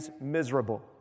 miserable